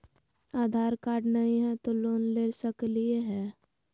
आधार card नही हय, तो लोन ले सकलिये है?